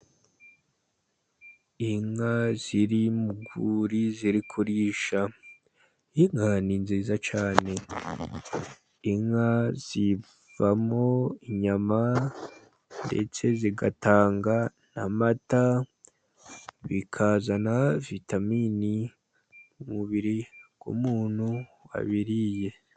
Inka ziri mu rwuri ziri kurisha inka ni nziza cyane. Inka zivamo inyama ndetse zigatanga na mata bikazana vitamini mu mubiri wu muntu wabiriye.